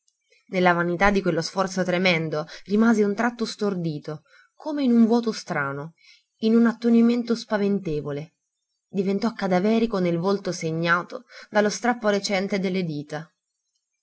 nella vanità di quello sforzo tremendo rimase un tratto stordito come in un vuoto strano in un attonimento spaventevole diventò cadaverico nel volto segnato dallo strappo recente delle dita